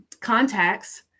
contacts